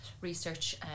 research